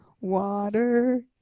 water